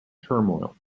turmoil